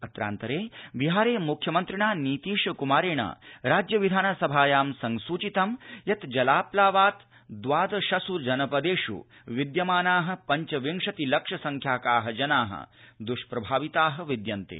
अत्रान्तरे बिहारे मुख्यमन्त्रिणा नीतीश कुमारेण राज्य विधानसभायां संसूचितं यत् जलाप्लावात् द्वादशस् जनपदेश् विद्यमाना पञ्चविंशति लक्ष संख्याका जना दुष्प्रभाविता विद्यन्ते